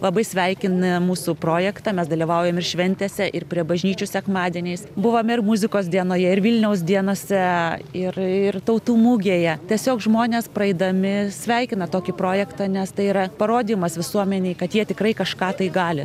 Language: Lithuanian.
labai sveikina mūsų projektą mes dalyvaujam šventėse ir prie bažnyčių sekmadieniais buvom ir muzikos dienoje ir vilniaus dienose ir ir tautų mugėje tiesiog žmonės praeidami sveikina tokį projektą nes tai yra parodymas visuomenei kad jie tikrai kažką tai gali